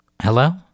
Hello